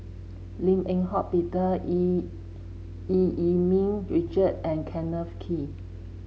Lim Eng Hock Peter Eu Yee Yee Ming Richard and Kenneth Kee